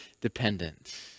dependent